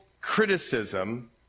criticism